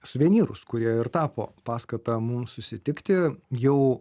suvenyrus kurie ir tapo paskata mums susitikti jau